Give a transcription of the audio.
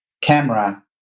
camera